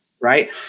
Right